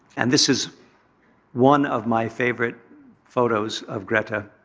and this is one of my favorite photos of greta.